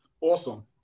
awesome